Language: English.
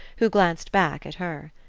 who glanced back at her.